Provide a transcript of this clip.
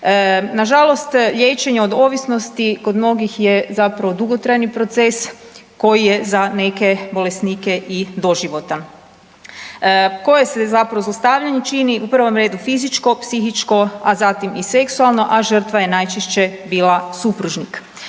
Nažalost liječenje od ovisnosti kod mnogih je zapravo dugotrajni proces koji je za neke bolesnike i doživotan. Koje se zapravo zlostavljanje čini? U prvom redu fizičko, psihičko, a zatim i seksualno, a žrtva je najčešće bila supružnik.